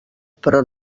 però